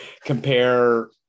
compare